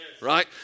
right